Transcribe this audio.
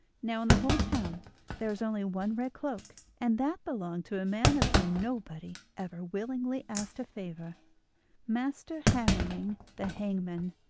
now in the whole town there was only one red cloak, and that belonged to a man of whom nobody ever willingly asked a favour master hammerling the hangman.